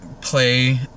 play